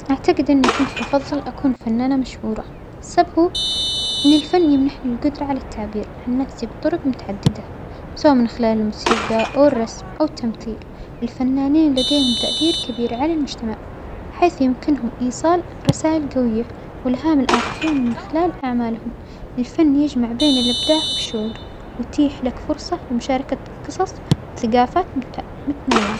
أعتجد إنى كنت بفظل أكون فنانة مشهوره، السبب هو أن الفن يمنحنى القدرة على التعبير عن نفسى بطرج متعددة سواء من خلال الموسيجى أو الرسم او التمثيل، الفنانين لديهم تأثير كبير على المجتمع حيث يمكنهم إيصال رسائل جوية وإلهام الآخرين من خلال أعمالهم، الفن يجمع بين الإبداع والشغل ويتيح لك فرصة لمشاركة قصص وثجافات مت-متنوعة.